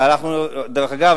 דרך אגב,